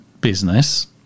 business